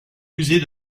musée